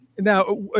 Now